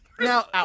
now